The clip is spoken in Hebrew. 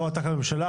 לא אתה כממשלה,